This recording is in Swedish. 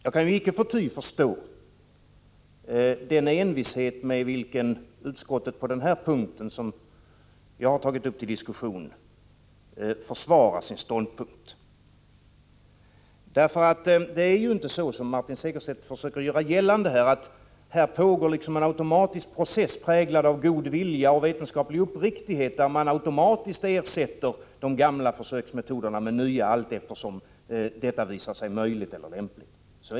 Jag kan icke förty förstå den envishet med vilken utskottet på den punkt som jag har tagit upp till diskussion försvarar sin ståndpunkt. Det är nämligen inte så som Martin Segerstedt försöker göra gällande, dvs. att det pågår en automatisk process präglad av god vilja och vetenskaplig uppriktighet, där man automatiskt ersätter de gamla försöksmetoderna med nya allteftersom det visar sig möjligt eller lämpligt.